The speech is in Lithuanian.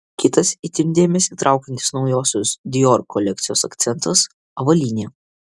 kitas itin dėmesį traukiantis naujosios dior kolekcijos akcentas avalynė